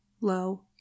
low